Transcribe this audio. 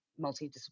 multidisciplinary